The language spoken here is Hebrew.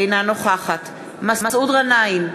אינה נוכחת מסעוד גנאים,